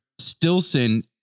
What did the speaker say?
Stilson